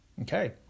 Okay